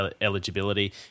eligibility